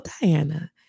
Diana